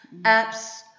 apps